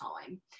time